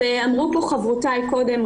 אמרו פה חברותיי קודם,